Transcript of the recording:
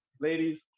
ladies